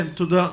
תודה.